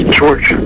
George